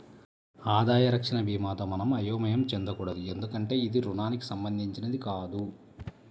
ఆదాయ రక్షణ భీమాతో మనం అయోమయం చెందకూడదు ఎందుకంటే ఇది రుణానికి సంబంధించినది కాదు